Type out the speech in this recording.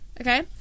okay